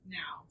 now